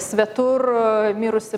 svetur mirusį